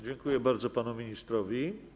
Dziękuję bardzo panu ministrowi.